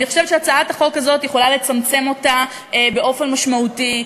אני חושבת שהצעת החוק הזאת יכולה לצמצם אותה באופן משמעותי,